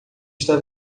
está